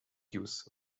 use